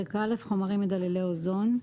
פרק א': חומרים מדללי אוזון.